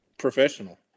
Professional